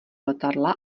letadla